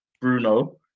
Bruno